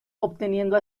obteniendo